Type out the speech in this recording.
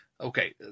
Okay